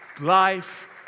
life